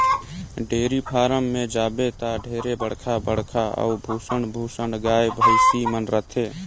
dairy farm में जाबे त ढेरे बड़खा बड़खा अउ भुसंड भुसंड गाय, भइसी मन रथे